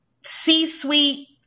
C-suite